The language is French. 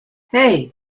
hey